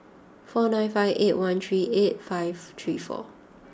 four nine five eight one three eight five three four